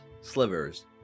slivers